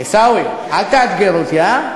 עיסאווי, אל תאתגר אותי, הא?